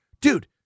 dude